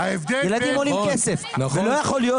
אז תגדיר את זה, לא הגדרת את זה נכון.